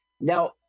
Now